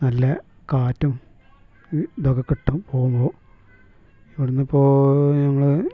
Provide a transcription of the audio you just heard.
നല്ല കാറ്റും ഇതൊക്കെ കിട്ടും പോവുമ്പോൾ അവിടെനിന്ന് പോയി നമ്മൾ